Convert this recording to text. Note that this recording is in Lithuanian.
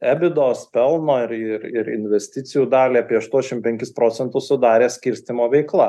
ebido spelma ir ir ir investicijų dalį apie aštuošim penkis procentus sudarė skirstymo veikla